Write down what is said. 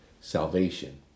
salvation